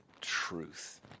truth